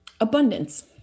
abundance